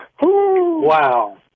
Wow